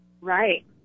Right